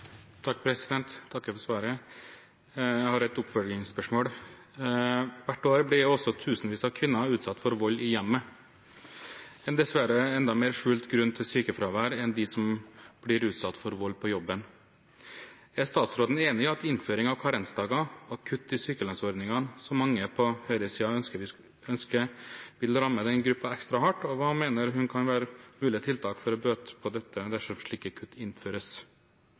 takker for svaret. Jeg har et oppfølgingsspørsmål. Hvert år blir også tusenvis av kvinner utsatt for vold i hjemmet, en dessverre enda mer skjult grunn til sykefravær enn for dem som blir utsatt for vold på jobben. Er statsråden enig i at innføring av karensdager og kutt i sykelønnsordningen, som mange på høyresiden ønsker, vil ramme denne gruppen ekstra hardt? Og hva mener hun kan være mulige tiltak for å bøte på dette dersom slike kutt innføres?